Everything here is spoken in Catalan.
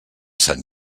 sant